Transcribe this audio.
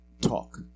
Talk